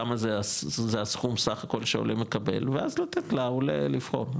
כמה זה הסכום סך הכול שהעולה מקבל ואז לתת לעולה לבחור,